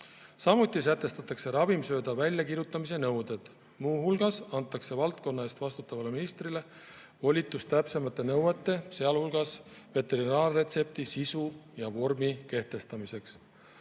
Samuti sätestatakse ravimsööda väljakirjutamise nõuded. Muu hulgas antakse valdkonna eest vastutavale ministrile volitus täpsemate nõuete, sealhulgas veterinaarretsepti sisu ja vormi kehtestamiseks,